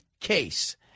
case